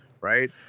right